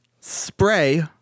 spray